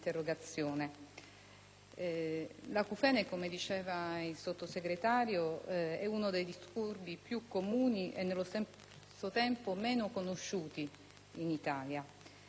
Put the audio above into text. L'acufene, come ha detto il Sottosegretario, è uno dei disturbi più comuni e nello stesso tempo meno conosciuti in Italia.